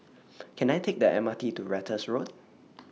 Can I Take The M R T to Ratus Road